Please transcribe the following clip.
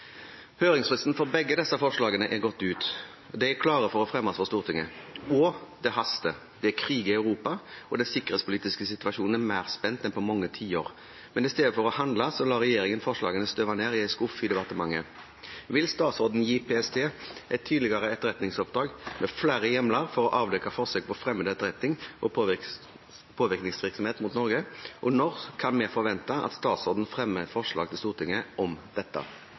for begge disse forslagene er gått ut, og de er klare til å fremmes for Stortinget. Det haster. Det er krig i Europa, og den sikkerhetspolitiske situasjonen er mer spent enn på mange tiår, men i stedet for å handle lar regjeringen forslagene støve ned i en skuff i departementet. Vil statsråden gi PST et tydeligere etterretningsoppdrag med flere hjemler for å avdekke forsøk på fremmed etterretning og påvirkningsvirksomhet mot Norge? Når kan vi forvente at statsråden fremmer forslag til Stortinget om dette?